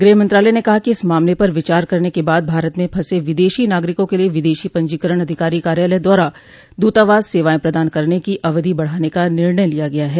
गृह मंत्रालय ने कहा कि इस मामले पर विचार करने के बाद भारत में फंसे विदेशी नागरिकों के लिए विदेशी पंजीकरण अधिकारी कार्यालय द्वारा दूतावास सेवाएं प्रदान करने की अवधि बढ़ाने का निर्णय लिया गया है